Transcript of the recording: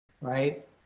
right